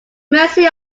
mercy